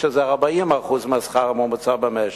שזה 40% מהשכר הממוצע במשק.